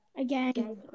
again